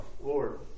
Lord